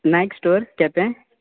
Naik store केंपे